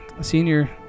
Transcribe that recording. senior